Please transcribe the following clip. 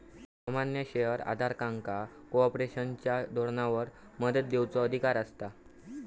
सामान्य शेयर धारकांका कॉर्पोरेशनच्या धोरणांवर मत देवचो अधिकार असता